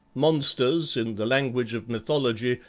monsters, in the language of mythology,